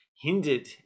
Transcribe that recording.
hindered